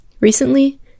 Recently